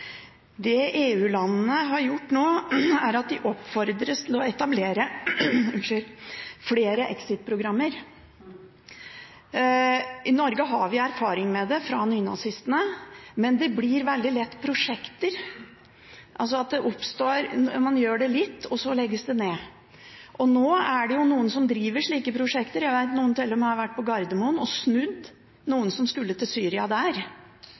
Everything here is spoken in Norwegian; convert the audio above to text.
Det EU-landene har gjort nå, er at man oppfordres til å etablere flere exit-programmer. I Norge har vi erfaring med det fra nynazistene, men det blir veldig lett prosjekter, altså at man gjør litt, og så legges det ned. Nå er det noen som driver slike prosjekter, jeg vet at noen til og med har vært på Gardermoen og snudd noen som skulle til Syria